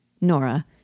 Nora